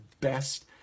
best